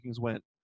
went